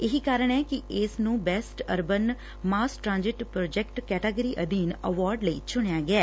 ਇਹੀ ਕਾਰਣ ਏ ਕਿ ਇਸ ਨੂੰ best urban mass transit project category ਅਧੀਨ ਐਵਾਰਡ ਲਈ ਚੁਣਿਆ ਗਿਐ